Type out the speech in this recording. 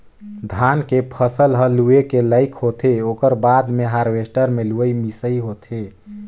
धान के फसल ह लूए के लइक होथे ओकर बाद मे हारवेस्टर मे लुवई मिंसई होथे